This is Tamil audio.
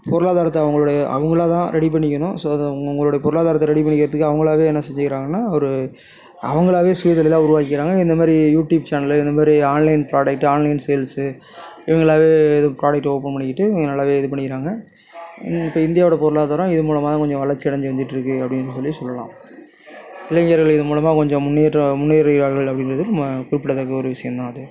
பொருளாதாரத்தை அவங்களுடைய அவங்களா தான் ரெடி பண்ணிக்கணும் ஸோ அது அவங்கவுங்களோட பொருளாதாரத்தை ரெடி பண்ணிக்கிறதுக்கு அவங்களாவே என்ன செஞ்சுக்கிறாங்கன்னா ஒரு அவங்களாவே சுயதொழிலாக உருவாக்கிக்கிறாங்க இந்தமாதிரி யூடியூப் சேனல் இந்தமாதிரி ஆன்லைன் ப்ராடக்ட் ஆன்லைன் சேல்ஸ் இவங்களாவே இது ப்ராடக்ட் ஓப்பன் பண்ணிக்கிட்டு நல்லாவே இது பண்ணிக்கிறாங்க இப்போ இந்தியாவோடய பொருளாதாரம் இது மூலமாக தான் கொஞ்சம் வளர்ச்சி அடஞ்சு வந்துகிட்டுருக்கு அப்படின்னு சொல்லி சொல்லலாம் இளைஞர்கள் இது மூலமாக கொஞ்சம் முன்னேற்றம் முன்னேறுகிறார்கள் அப்படிங்கிறது குறிப்பிட்டதக்க ஒரு விஷயம் தான் அது